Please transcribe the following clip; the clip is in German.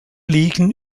liegen